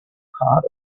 part